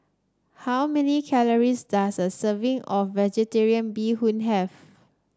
how many calories does a serving of vegetarian Bee Hoon have